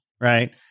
Right